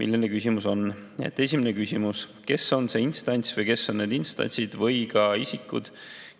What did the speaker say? milline küsimus [täpselt] on. Esimene küsimus: "Kes on see instants või kes on need instantsid või ka isikud,